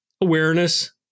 Awareness